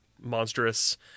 monstrous